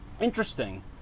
interesting